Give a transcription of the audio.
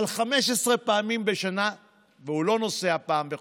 על 15 פעמים בשנה והוא לא נוסע פעם בחודש,